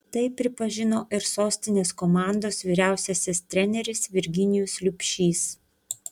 tai pripažino ir sostinės komandos vyriausiasis treneris virginijus liubšys